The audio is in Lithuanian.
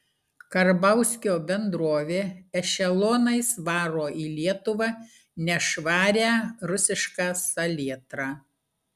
karbauskio bendrovė ešelonais varo į lietuvą nešvarią rusišką salietrą